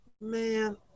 Man